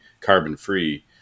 carbon-free